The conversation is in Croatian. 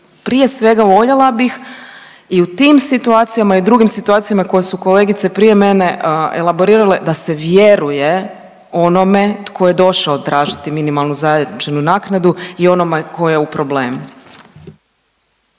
prije svega voljela bih i u tim situacijama i drugim situacijama koje su kolegice prije mene elaborirale da se vjeruje onome tko je došao tražiti minimalnu zajamčenu naknadu i onome tko je u problemu.